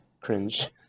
cringe